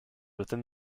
within